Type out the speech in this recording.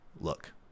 look